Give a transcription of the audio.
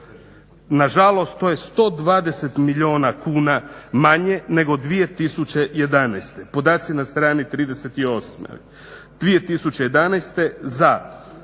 Na žalost, to je 120 milijuna kuna manje nego 2011. Podaci na strani 38. 2011. za